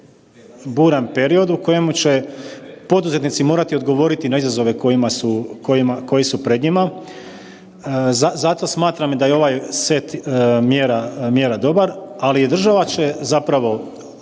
buran period u kojemu će poduzetnici morati odgovoriti na izazove koji su pred njima. Zato smatram da je ovaj set mjera dobar, ali država će, zapravo